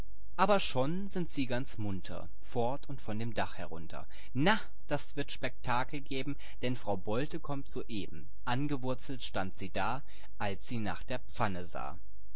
aber schon sind sie ganz munter fort und von dem dach herunter na das wird spektakel geben denn frau bolte kommt soeben angewurzelt stand sie da als sie nach der pfanne sah